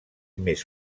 més